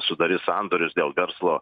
sudarys sandorius dėl verslo